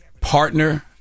partner